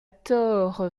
torre